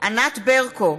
ענת ברקו,